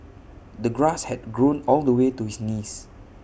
the grass had grown all the way to his knees